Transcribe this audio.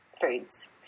foods